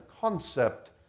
concept